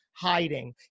hiding